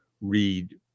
read